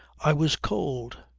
i was cold,